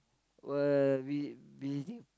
will be visiting